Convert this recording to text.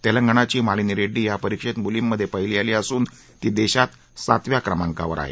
तेलंगणाची मालिनी रेड्डी या परीक्षेत मुलींमध्ये पहिली आली असून देशात ती सातव्या क्रमांकावर आहे